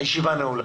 הישיבה נעולה.